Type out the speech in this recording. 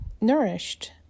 nourished